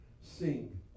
sing